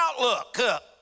outlook